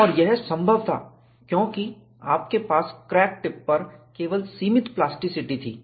और यह संभव था क्योंकि आपके पास क्रैक टिप पर केवल सीमित प्लास्टिसिटी थी